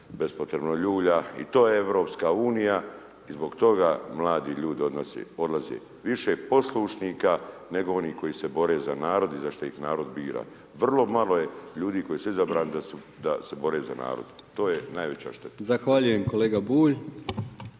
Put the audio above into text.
bespotrebno ljulja i to je Europska unija i zbog toga mladi ljudi odlaze. Više poslušnika, nego onih koji se bore za narod i za što ih narod bira. Vrlo malo je ljudi koji su izabrani da se bore za narod, to je najveća šteta. **Brkić, Milijan